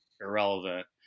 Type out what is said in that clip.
irrelevant